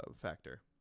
factor